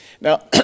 Now